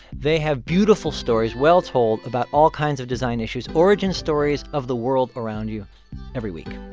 they have beautiful stories, well-told about all kinds of design issues, origin stories of the world around you every week.